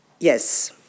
Yes